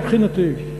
מבחינתי,